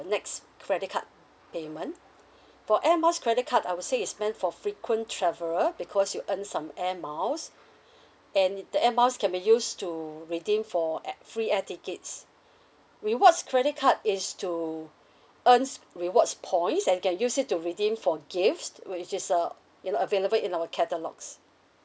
next credit card payment for air miles credit card I would say it's meant for frequent traveler because you earn some air miles and it the air miles can be used to redeem for at~ free air tickets rewards credit card is to earns rewards points and you can use it to redeem for gifts which is uh you know available in our catalogue